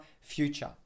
future